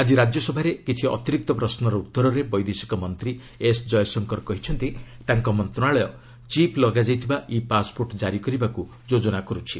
ଆଜି ରାଜ୍ୟସଭାରେ କିଛି ଅତିରିକ୍ତ ପ୍ରଶ୍ନର ଉତ୍ତରରେ ବୈଦେଶିକ ମନ୍ତ୍ରୀ ଏସ୍ ଜୟଶଙ୍କର କହିଛନ୍ତି ତାଙ୍କ ମନ୍ତ୍ରଣାଳୟ ଚିପ୍ ଲଗାଯାଇଥିବା ଇ ପାସ୍ପୋର୍ଟ୍ ଜାରି କରିବାକୁ ଯୋଜନା କରୁଛି